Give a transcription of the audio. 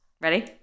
Ready